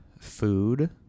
food